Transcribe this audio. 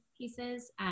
pieces